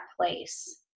place